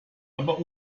aber